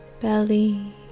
belly